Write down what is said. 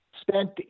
spent